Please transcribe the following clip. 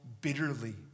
bitterly